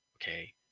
Okay